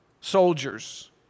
soldiers